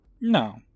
No